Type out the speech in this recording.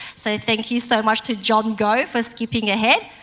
so thank you so much to john goh for skipping ahead.